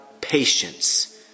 patience